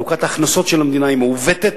חלוקת ההכנסות של המדינה היא מעוותת,